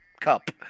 cup